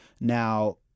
Now